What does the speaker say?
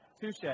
touche